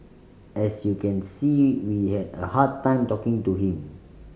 as you can see we had a hard time talking to him